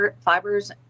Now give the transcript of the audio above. fibers